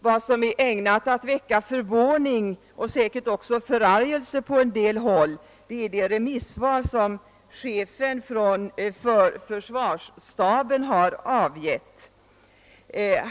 Vad som är ägnat att väcka förvåning och säkert också förargelse på en del håll är det remissvar som chefen för försvarsstaben har avgivit.